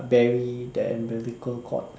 bury the umbilical cord